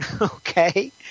okay